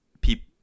people